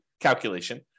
calculation